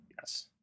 Yes